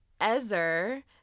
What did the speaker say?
Ezer